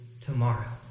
tomorrow